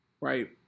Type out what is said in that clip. right